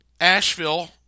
Asheville